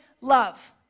love